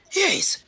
yes